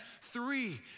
Three